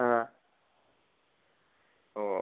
ആ ഓഹ്